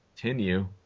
Continue